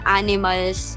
animals